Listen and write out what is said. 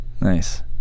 Nice